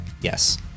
Yes